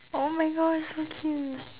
!oh-my-gosh! so cute